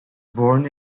born